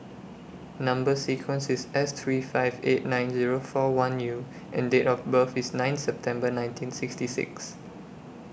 Number sequence IS S three five eight nine Zero four one U and Date of birth IS nine September nineteen sixty six